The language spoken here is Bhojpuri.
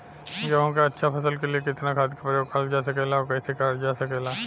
गेहूँक अच्छा फसल क लिए कितना खाद के प्रयोग करल जा सकेला और कैसे करल जा सकेला?